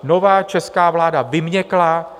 Nová česká vláda vyměkla.